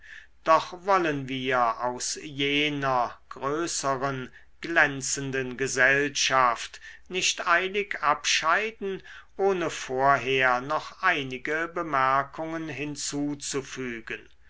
doch wollen wir aus jener größeren glänzenden gesellschaft nicht eilig abscheiden ohne vorher noch einige bemerkungen hinzuzufügen